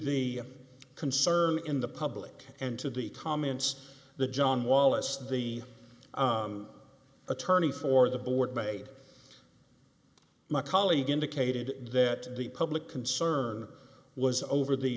the concern in the public and to the comments the john wallace the attorney for the board made my colleague indicated that the public concern was over the